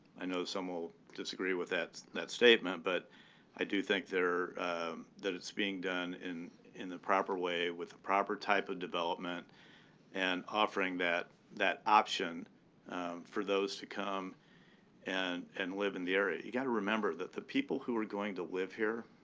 i know some will disagree with that that statement. but i do think there that it's being done in in the proper way with the proper type of development and offering that that option for those to come and and live in the area. you've got to remember that the people who are going to live here,